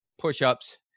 push-ups